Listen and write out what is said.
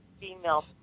female